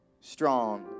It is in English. strong